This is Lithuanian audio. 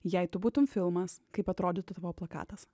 jei tu būtum filmas kaip atrodytų tavo plakatas